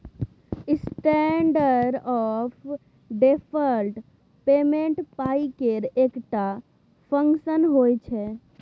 standard of deferred payment पाइ केर एकटा फंक्शन होइ छै